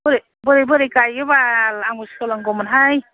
बोरै बोरै बोरै गायो बाल आंबो सोलोंगौमोन हाय